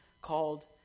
Called